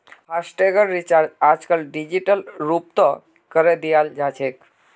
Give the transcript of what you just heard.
फासटैगेर recharge digital डिजिटल रूपतों करे दियाल जाछेक